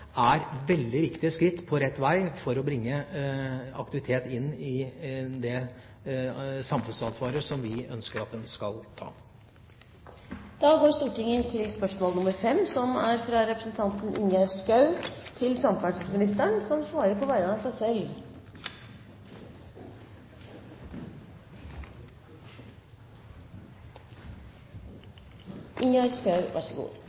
er veldig viktige skritt på rett vei for å bringe aktivitet inn i det samfunnsansvaret som vi ønsker at de skal ta.